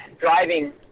driving